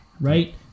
right